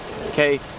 Okay